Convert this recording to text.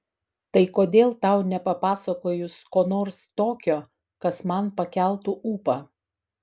tai kodėl tau nepapasakojus ko nors tokio kas man pakeltų ūpą